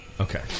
Okay